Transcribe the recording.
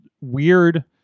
weird